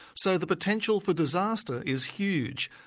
so the potential for disaster is huge,